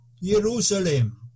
Jerusalem